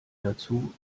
dazu